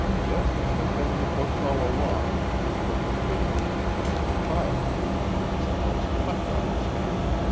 just as it had been in the books all along for perfidion to become the proprietor of a misplaced hot-dog stand.